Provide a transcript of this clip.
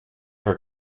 her